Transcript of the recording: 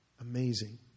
Amazing